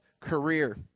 career